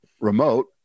remote